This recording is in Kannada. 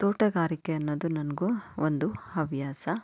ತೋಟಗಾರಿಕೆ ಅನ್ನೋದು ನನಗೂ ಒಂದು ಹವ್ಯಾಸ